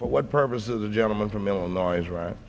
for what purpose of the gentleman from illinois right